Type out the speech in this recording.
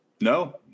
No